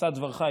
עושת דברך,